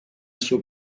suo